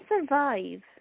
survive